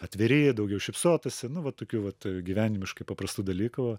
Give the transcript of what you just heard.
atviri daugiau šypsotųsi nu va tokių vat gyvenimiškai paprastų dalykų